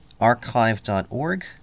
archive.org